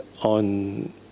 on